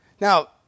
Now